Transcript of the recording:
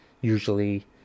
usually